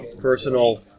personal